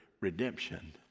redemption